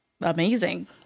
amazing